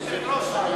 היושבת-ראש,